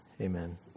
Amen